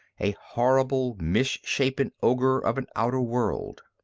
a horrible misshapen ogre of an outer world.